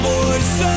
voice